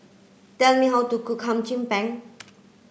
tell me how to cook Hum Chim Peng